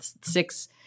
six